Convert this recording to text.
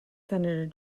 senator